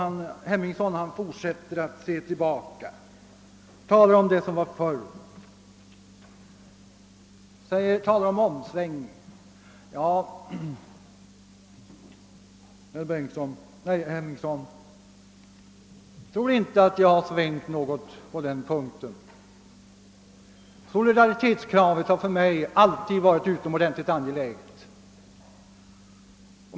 Herr Henningsson fortsätter att se tillbaka och talar om vad som varit tidigare och om omsvängningar. Jag tror inte att jag har svängt på den punkten, herr Henningsson. Solidaritetskravet har för mig alltid varit utomordentligt angeläget.